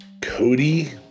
Cody